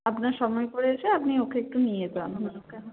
আপনার সময় করে এসে আপনি ওকে একটু নিয়ে যান